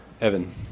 Evan